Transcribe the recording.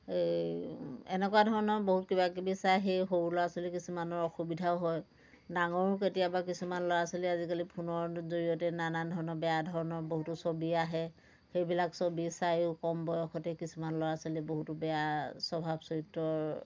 এই এনেকুৱা ধৰণৰ বহুত কিবা কিবি চায় সেয়ে সৰু ল'ৰা ছোৱালী কিছুমানৰ অসুবিধাও হয় ডাঙৰো কেতিয়াবা কিছুমান ল'ৰা ছোৱালী আজিকালি ফোনৰ জৰিয়তে নানা ধৰণৰ বেয়া ধৰণৰ বহুতো ছবি আহে সেইবিলাক ছবি চায়ো কম বয়সতে কিছুমান ল'ৰা ছোৱালী বহুতো বেয়া স্বভাৱ চৰিত্ৰৰ